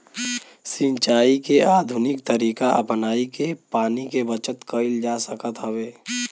सिंचाई के आधुनिक तरीका अपनाई के पानी के बचत कईल जा सकत हवे